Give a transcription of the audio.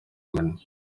iminwa